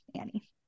Annie